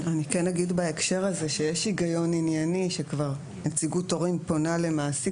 אני אגיד בהקשר הזה שיש היגיון ענייני שכאשר נציגות הורים פונה למעסיק,